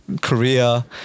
Korea